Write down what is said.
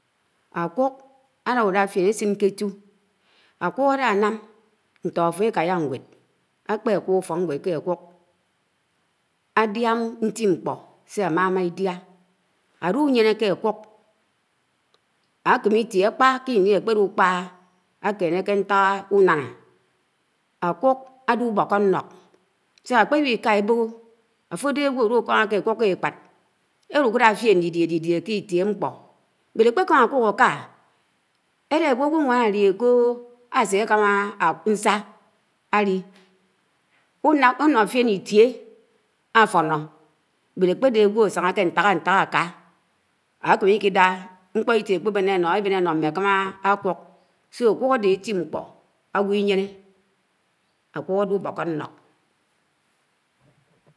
Ákúk álá úla̱d fíen ásiṉ ké átù. Ákùk álánám ṉtó áfo̱ ékáyà ṉwéd ákpe ákúk úfókṉwéd kē ákúk, ádiá ṉti nk̄po sē amámá Idiá. Álúyeṉélú ákúk, ákémé itíe ákp̄a ké Ini ákpélú kpàhá ákéṉe ké nták unáná ákúk áde ubókó ndo̱k sá ákpēwíkā ebo̱ho̱ áfo̱ áde ágwo alúkámáke akuk ké ekpad elùkúlád fiēn dídiē dídíé ké Itiè ṉkpo̱ áde ákpekámá ákúk áká, eláwó ágw̄o wán álie kò, ásekámá nsá áli, úṉo fiēn Itiē áfoṉo ákpēds ágẃo ásáháke ṉtáhā ntáhá áká, ákem̱e Ikidù ṉkpo Itiá ekepèbene eṉ́o, ebén éno mm̱ékúmú ákúk. ákúk áde eti ṉḱpo ágẃo Iyeṉe, ákúk áde úbọkọ ṉlo̱k.